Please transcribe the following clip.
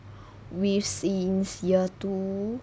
with since year two